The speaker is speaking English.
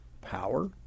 power